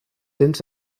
cents